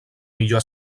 millor